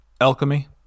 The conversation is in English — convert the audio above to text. alchemy